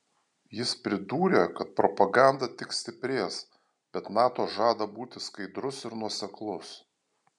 jis pridūrė kad propaganda tik stiprės bet nato žada būti skaidrus ir nuoseklus